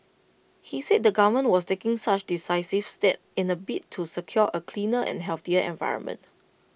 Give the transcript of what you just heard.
he said the government was taking such decisive steps in A bid to secure A cleaner and healthier environment